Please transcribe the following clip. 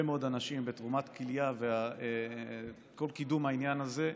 מאוד אנשים בתרומות כליה וכל קידום העניין הזה.